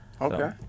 Okay